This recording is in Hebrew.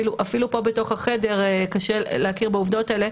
אפילו פה, בתוך החדר, קשה להכיר בעובדות האלה.